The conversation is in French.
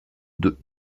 deux